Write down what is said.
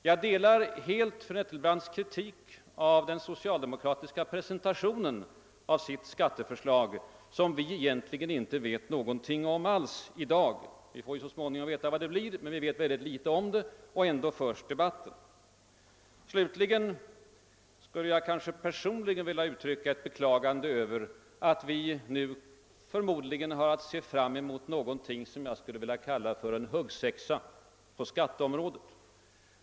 Jag delar helt fru Nettelbrandts kritik av socialdemokraternas presentation av sitt skatteförslag, vilket vi i dag egentligen inte vet något alls om. Vi får så småningom veta det. Slutligen vill jag personligen uttrycka ett beklagande över att vi nu förmodligen har att se fram emot något som jag skulle vilja kalla en huggsexa på skatteområdet.